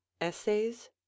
Essays